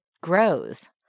grows